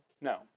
No